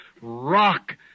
rock